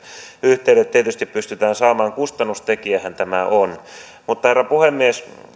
yhteydet tietysti pystytään saamaan kustannustekijähän tämä on herra puhemies